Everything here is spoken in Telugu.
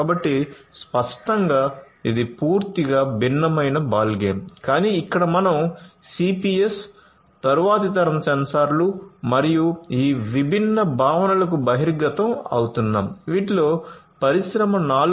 కాబట్టి స్పష్టంగా ఇది పూర్తిగా భిన్నమైన బాల్గేమ్ కానీ ఇక్కడ మనం సిపిఎస్ తరువాతి తరం సెన్సార్లు మరియు ఈ విభిన్న భావనలకు బహిర్గతం అవుతున్నాము వీటిలో పరిశ్రమ 4